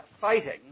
fighting